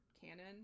canon